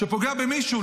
כשפוגע במישהו,